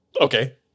Okay